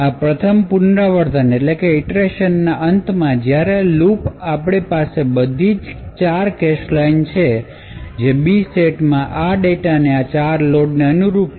આ પ્રથમ પુનરાવર્તનના અંતમાં જ્યારે લૂપ આપણી પાસે બધી 4 કેશ લાઇનો છે જે B સેટમાં આ ડેટાના આ ચાર લોડને અનુરૂપ છે